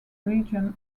region